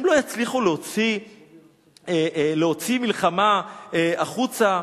והם לא יצליחו להוציא מלחמה החוצה.